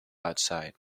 outside